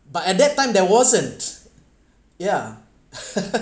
but at that time there wasn't yeah